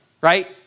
right